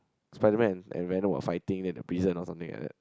Spider-Man and Venom were fighting then the prison or something like that